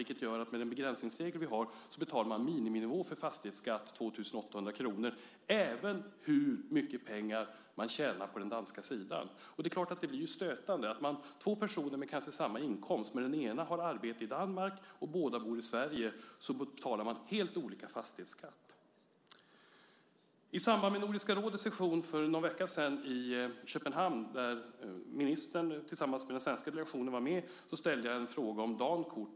Det gör att med den begränsningsregel vi har betalar man miniminivå för fastighetsskatt, 2 800 kr, oavsett hur mycket pengar man tjänar på den danska sidan. Det är klart att det blir stötande. Två personer som kanske har samma inkomst där den ena har arbete i Danmark och båda bor i Sverige betalar helt olika fastighetsskatt. I samband med Nordiska rådets session för någon vecka sedan i Köpenhamn, där ministern var med tillsammans med den svenska delegationen, ställde jag en fråga om Dankort.